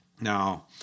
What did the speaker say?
Now